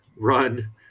Run